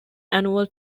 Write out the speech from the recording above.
annual